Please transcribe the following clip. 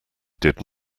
did